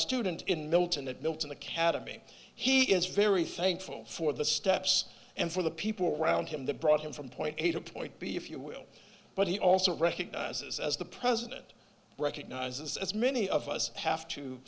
student in milton that milton the cademy he is very thankful for the steps and for the people around him that brought him from point a to point b if you will but he also recognizes as the president recognizes as many of us have to